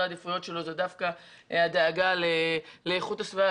העדיפויות שלו דווקא הדאגה לאיכות הסביבה,